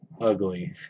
ugly